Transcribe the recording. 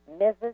Mrs